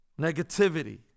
negativity